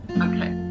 okay